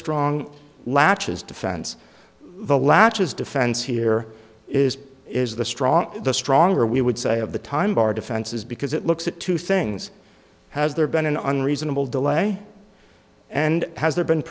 strong latches defense the latches defense here is is the straw the stronger we would say of the time by our defense is because it looks at two things has there been an unreasonable delay and has there been